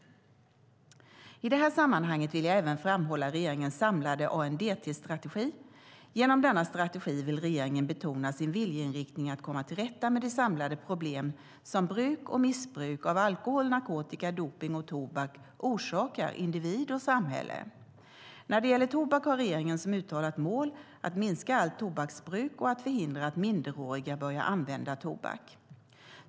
I det här sammanhanget vill jag även framhålla regeringens samlade ANDT-strategi. Genom denna strategi vill regeringen betona sin viljeinriktning att komma till rätta med de samlade problem som bruk och missbruk av alkohol, narkotika, dopning och tobak orsakar individ och samhälle. När det gäller tobak har regeringen som uttalat mål att minska allt tobaksbruk och att förhindra att minderåriga börjar använda tobak.